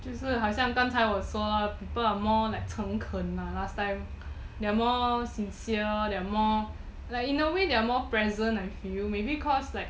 就是好像刚才我说 people are more like 曾坑 last time they are more sincere they are more like in a way they are more present with you maybe because like